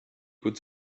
good